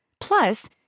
Plus